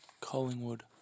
Collingwood